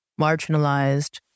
marginalized